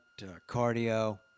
cardio